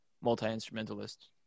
multi-instrumentalist